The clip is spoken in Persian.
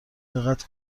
دقت